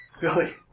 Billy